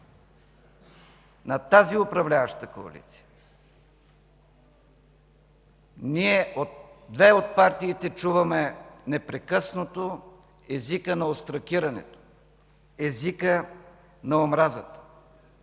на тази управляваща коалиция ние чуваме непрекъснато езика на остракирането, езика на омразата.